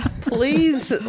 Please